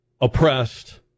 oppressed